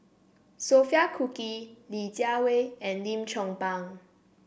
Sophia Cooke Li Jiawei and Lim Chong Pang